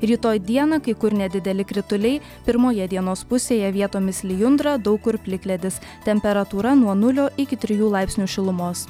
rytoj dieną kai kur nedideli krituliai pirmoje dienos pusėje vietomis lijundra daug kur plikledis temperatūra nuo nulio iki trijų laipsnių šilumos